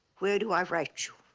where do i write you?